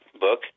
book